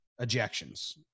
ejections